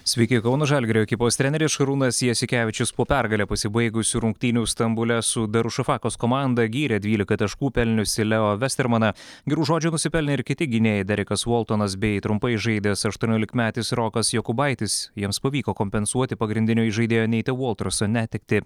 sveiki kauno žalgirio ekipos treneris šarūnas jasikevičius po pergale pasibaigusių rungtynių stambule su darušafakos komanda gyrė dvylika taškų pelniusį leo vestermaną gerų žodžių nusipelnė ir kiti gynėjai derekas voltonas bei trumpai žaidęs aštuoniolikmetis rokas jokubaitis jiems pavyko kompensuoti pagrindinio įžaidėjo neito volterso netektį